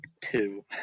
two